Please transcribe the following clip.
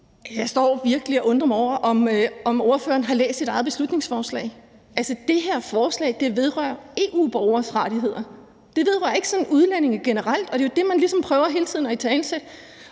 Jeg står virkelig og spekulerer over, om ordføreren har læst sit eget beslutningsforslag. Altså, det her forslag vedrører EU-borgeres rettigheder. Det vedrører ikke udlændinge generelt, og det er jo det, man ligesom hele tiden prøver